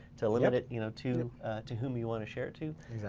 to limit it you know to to whom you wanna share it to.